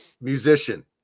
musician